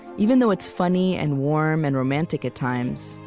even though it's funny and warm and romantic at times,